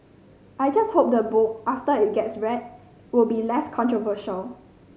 I just hope the book after it gets read will be less controversial